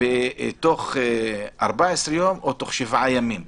ותוך 14 ימים או תוך שבעה ימים.